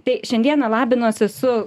tai šiandieną labinuosi su